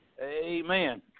Amen